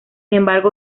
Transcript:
embargo